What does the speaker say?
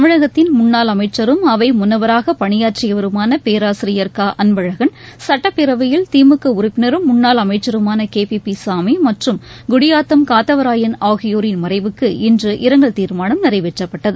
தமிழகத்தின் முன்னாள் அமைச்சரும் அவை முன்னவராக பணியாற்றியவருமான பேராசிரியர் அன்பழகன்சட்டப்பேரவையில் திமுக உறுப்பினரும் முன்னாள் அமைச்சருமாள் கே பி பி சாமி மற்றும் குடியாத்தம் காத்தவராயன் ஆகியோரின் மறைவுக்கு இன்றுஇரங்கல் தீர்மானம் நிறைவேற்றப்பட்டது